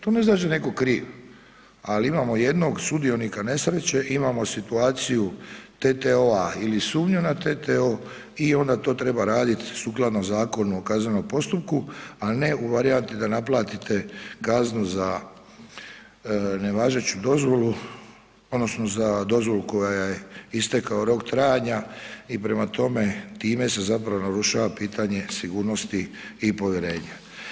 To ne znači da je netko kriv, ali imamo jednog sudionika nesreće, imamo situaciju TTO-a ili sumnju na TTO i onda to treba raditi sukladno Zakonu o kaznenom postupku, a ne u varijanti da naplatite kaznu za nevažeću dozvolu, odnosno za dozvolu kojoj je istekao rok trajanja i prema tome, time se zapravo narušava pitanje sigurnosti i povjerenja.